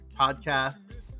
podcasts